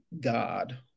God